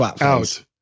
Out